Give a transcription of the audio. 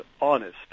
honest